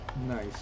Nice